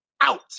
out